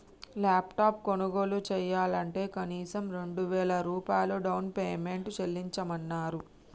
laptop కొనుగోలు చెయ్యాలంటే కనీసం రెండు వేల రూపాయలు డౌన్ పేమెంట్ చెల్లించమన్నరు